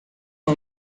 uma